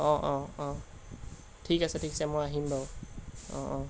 অঁ অঁ অঁ ঠিক আছে ঠিক আছে মই আহিম বাও অঁ অঁ